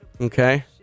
Okay